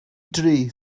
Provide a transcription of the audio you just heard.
dri